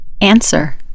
Answer